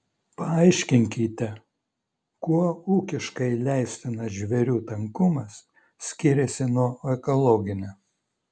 paaiškinkite kuo ūkiškai leistinas žvėrių tankumas skiriasi nuo ekologinio